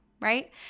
right